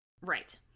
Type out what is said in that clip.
Right